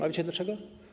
A wiecie dlaczego?